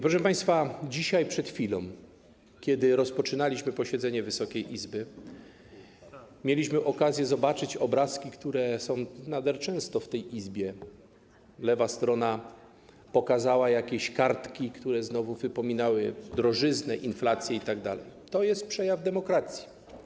Proszę państwa, dzisiaj, przed chwilą, kiedy rozpoczynaliśmy posiedzenie Wysokiej Izby, mieliśmy okazję zobaczyć obrazki, które są nader często w tej Izbie: lewa strona pokazała jakieś kartki, które znowu wypominały drożyznę, inflację itd. - to jest przejaw demokracji.